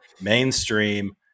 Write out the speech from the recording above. mainstream